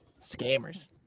Scammers